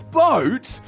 boat